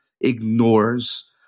ignores